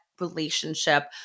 relationship